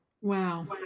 Wow